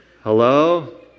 hello